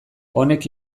honek